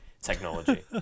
technology